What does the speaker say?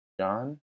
John